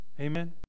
Amen